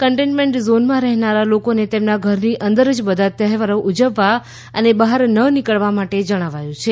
કન્ટેન્ટઝોનમાં રહેનારા લોકોને તેમના ઘરની અંદર જ બધા તહેવારો ઉજવવા અને બહાર નનીકળવા માટે જણાવાયું છે